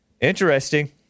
Interesting